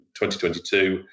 2022